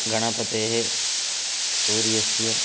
गणपतेः सूर्यस्य